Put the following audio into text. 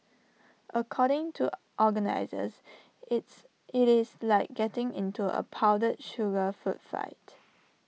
according to organisers it's IT is like getting into A powdered sugar food fight